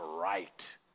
right